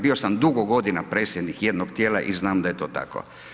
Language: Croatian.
Bio sam dugo godina predsjednik jednog tijela i znam da je to tako.